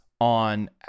on